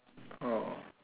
oh